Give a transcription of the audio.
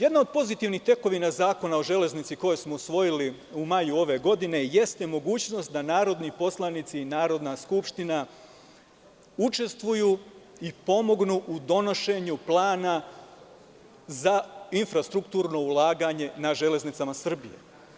Jedna od pozitivnih tekovina zakona o „Železnici“ koje smo usvojili u maju ove godine jeste mogućnost da narodni poslanici i Narodna skupština učestvuju i pomognu u donošenju plana za infrastrukturno ulaganje na železnicama Srbije.